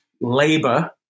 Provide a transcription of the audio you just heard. labor